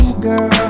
girl